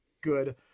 good